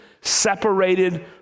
separated